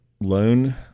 loan